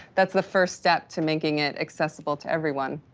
that's the first step to making it accessible to everyone.